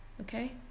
okay